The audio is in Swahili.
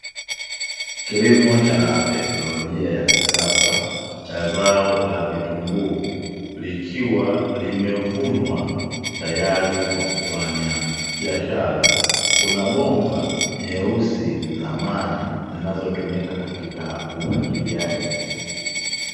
Kilimo cha teknolojia ya kisasa cha zao la vitunguu likiwa limevunwa tayari kwa kufanya biashara, kuna bomba nyeusi za maji zinazotumika katika umwagiliaji.